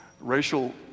racial